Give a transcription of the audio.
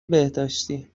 بهداشتی